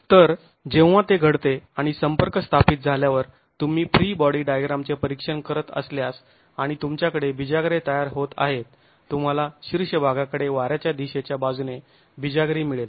तर जेव्हा ते घडते आणि संपर्क स्थापित झाल्यावर तुम्ही फ्री बाॅडी डायग्राम चे परीक्षण करत असल्यास आणि तुमच्याकडे बिजागरे तयार होत आहेत तुम्हाला शीर्ष भागाकडे वार्याच्या दिशेच्या बाजूने बिजागरी मिळेल